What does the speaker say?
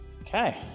Okay